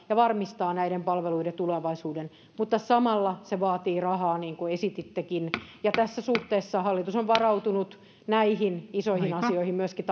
ja varmistaa näiden palveluiden tulevaisuuden mutta samalla se vaatii rahaa niin kuin esitittekin tässä suhteessa hallitus on varautunut näihin isoihin asioihin myöskin